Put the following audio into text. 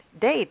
Date